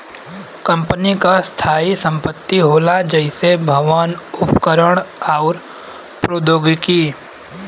company क स्थायी संपत्ति होला जइसे भवन, उपकरण आउर प्रौद्योगिकी